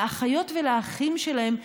לאחיות ולאחים שלהם,